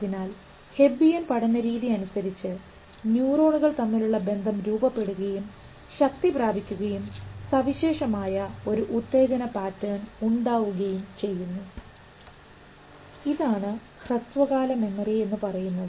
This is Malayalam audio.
അതിനാൽ ഹെബ്ബിയൻ പഠന രീതി അനുസരിച്ച് ന്യൂറോണുകൾ തമ്മിലുള്ള ബന്ധം രൂപപ്പെടുകയും ശക്തിപ്രാപിക്കുകയും സവിശേഷമായ ഒരു ഉത്തേജന പാറ്റേൺ ഉണ്ടാവുകയും ചെയ്യുന്നു ഇതാണ് ഹ്രസ്വകാല മെമ്മറി എന്ന് പറയുന്നത്